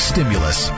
Stimulus